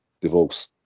divorce